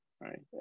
right